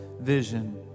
vision